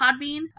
Podbean